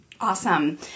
Awesome